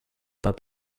pas